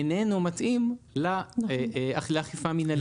איננו מתאים לאכיפה מנהלית.